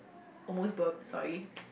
almost burp sorry